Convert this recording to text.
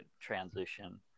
transition